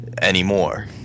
anymore